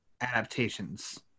adaptations